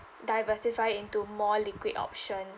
diversify into more liquid options